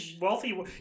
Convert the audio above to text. wealthy